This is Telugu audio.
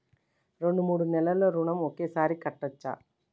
రెండు మూడు నెలల ఋణం ఒకేసారి కట్టచ్చా?